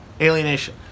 alienation